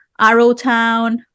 arrowtown